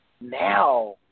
now